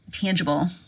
tangible